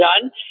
done